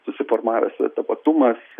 susiformavęs tapatumas